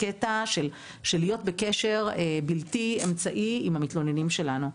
הקטע של להיות בקשר בלתי אמצעי עם המתלוננים שלנו.